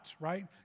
right